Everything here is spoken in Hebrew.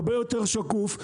הרבה יותר שקוף,